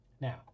Now